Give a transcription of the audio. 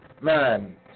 man